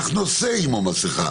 אך נושא עימו מסכה